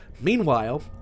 meanwhile